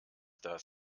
das